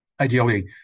ideally